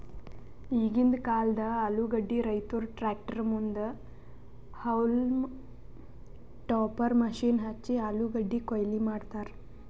ಈಗಿಂದ್ ಕಾಲ್ದ ಆಲೂಗಡ್ಡಿ ರೈತುರ್ ಟ್ರ್ಯಾಕ್ಟರ್ ಮುಂದ್ ಹೌಲ್ಮ್ ಟಾಪರ್ ಮಷೀನ್ ಹಚ್ಚಿ ಆಲೂಗಡ್ಡಿ ಕೊಯ್ಲಿ ಮಾಡ್ತರ್